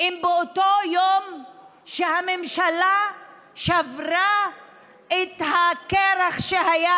אם באותו יום שהממשלה שברה את הקרח שהיה